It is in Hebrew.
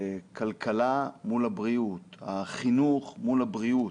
הכלכלה מול הבריאות, החינוך מול הבריאות,